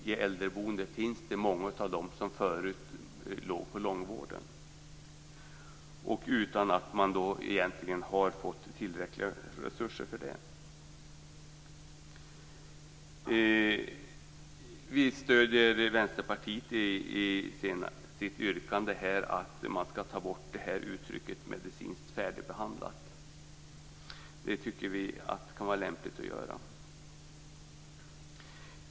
I äldreboendet finns i dag många av de patienter som tidigare fanns i långvården utan att man i äldreboendet har fått tillräckliga resurser för det. I fråga om detta stöder vi Vänsterpartiets yrkande om att man skall ta bort uttrycket medicinskt färdigbehandlad. Det tycker vi kan vara lämpligt att göra.